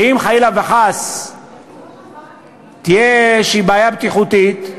שאם חלילה וחס תהיה בעיה בטיחותית,